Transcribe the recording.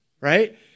right